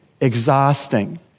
exhausting